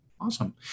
Awesome